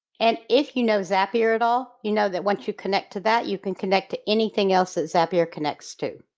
and if you know zapier at all you know that once you connect to that you can connect to anything else that zapier connects too.